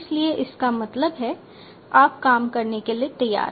इसलिए इसका मतलब है आप काम करने के लिए तैयार हैं